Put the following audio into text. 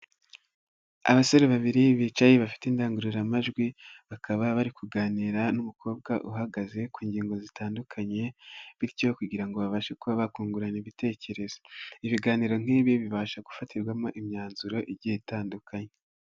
Abasore babiri bicaye bafite indangururamajwi, bakaba bari kuganira n'umukobwa uhagaze ku ngingo zitandukanye, bityo kugira ngo babashe kuba bakungurana ibitekerezo, ibiganiro nk'ibi bibasha gufatirwamo imyanzuro igiye itandukanye.